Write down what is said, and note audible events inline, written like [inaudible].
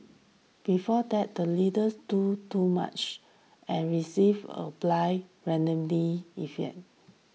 before that the leaders do too much and received or applied randomly [unintelligible]